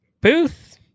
Booth